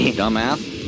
dumbass